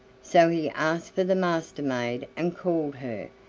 so he asked for the master-maid, and called her.